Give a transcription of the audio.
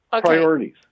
priorities